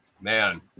man